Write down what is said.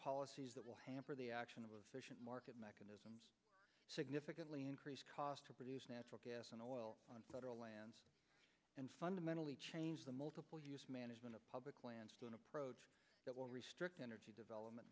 policies that will hamper the action of market mechanisms significantly increased cost to produce natural gas and oil on federal lands and fundamentally change the multiple use management of public lands to an approach that will restrict energy development